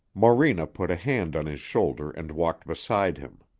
morena put a hand on his shoulder and walked beside him.